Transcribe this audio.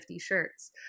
shirts